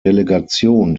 delegation